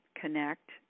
connect